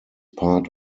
part